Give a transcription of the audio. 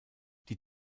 die